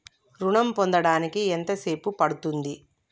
ఋణం పొందడానికి ఎంత సేపు పడ్తుంది?